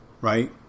right